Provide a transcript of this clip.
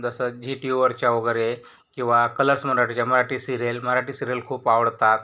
जसं झी टी व्हीवरच्या वगैरे किंवा कलर्स मराठीच्या मराठी सिरियल मराठी सिरियल खूप आवडतात